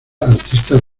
artistas